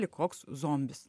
lyg koks zombis